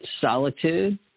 solitude